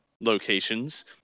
locations